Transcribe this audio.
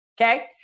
okay